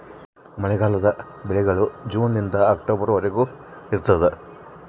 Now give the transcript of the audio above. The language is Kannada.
ಮಳೆಗಾಲದ ಬೆಳೆಗಳು ಜೂನ್ ನಿಂದ ಅಕ್ಟೊಬರ್ ವರೆಗೆ ಇರ್ತಾದ